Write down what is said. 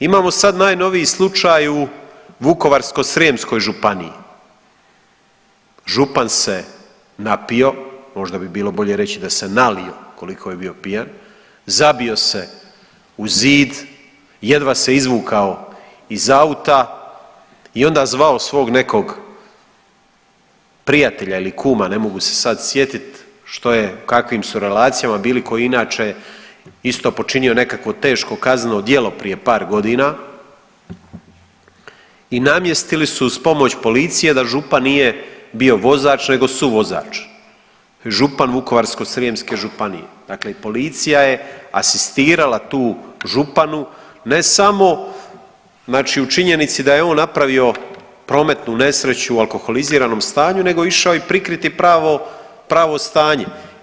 Imamo sad najnoviji slučaj u Vukovarsko-srijemskoj županiji, župan se napio, možda bi bilo bolje reći da se nalio koliko je bio pijan, zabio se uz zid, jedva se izvukao iz auta i onda zvao svog nekog prijatelja ili kuma ne mogu se sad sjetit što je u kakvim su relacijama bili koji je inače isto počinio nekakvo teško kazneno djelo prije par godina i namjestili su uz pomoć policije da župan nije bio vozač nego suvozač, župan Vukovarsko-srijemske županije, dakle policija je asistirala tu županu ne samo u činjenici da je on napravio prometnu nesreću u alkoholiziranom stanju nego je išao i prikriti pravo stanje.